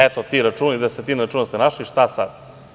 Eto, ti računi, desetina računa ste našli, šta sad?